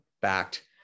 backed